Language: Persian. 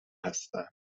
هستند